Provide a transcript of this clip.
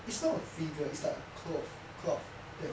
it's not a figure it's like a cloth cloth